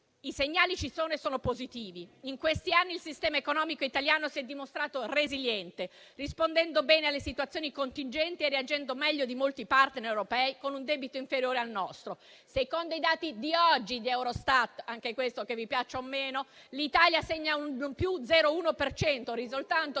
i segnali ci sono e sono positivi. In questi anni il sistema economico italiano si è dimostrato resiliente, rispondendo bene alle situazioni contingenti e reagendo meglio di molti *partner* europei con un debito inferiore al nostro. Secondo i dati di oggi di Eurostat - anche questo che vi piaccia o meno - l'Italia segna un + 0,1 per cento, risultando